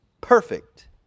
perfect